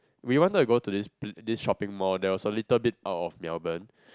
we wanted to go to this pl~ this shopping mall that was a little bit out of Melbourne